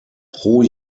pro